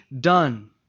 done